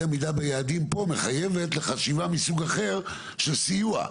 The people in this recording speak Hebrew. העמידה ביעדים פה מחייבת לחשיבה מסוג אחר של סיוע.